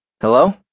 Hello